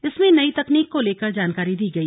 इसमें नई तकनीक को लेकर जानकारी दी गई